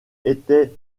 était